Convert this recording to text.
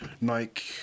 nike